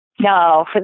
No